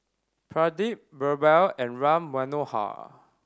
Pradip Birbal and Ram Manohar